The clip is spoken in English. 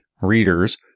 readers